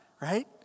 right